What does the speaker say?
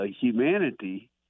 humanity